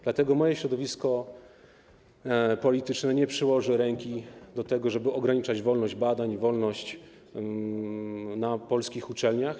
Dlatego moje środowisko polityczne nie przyłoży ręki do tego, żeby ograniczać wolność badań, wolność na polskich uczelniach.